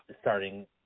starting